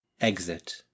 exit